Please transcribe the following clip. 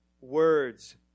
Words